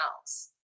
else